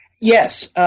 Yes